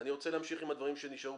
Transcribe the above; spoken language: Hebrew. אני רוצה להמשיך עם הדברים שנשארו